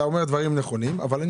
אתה אומר דברים נכונים, אבל אם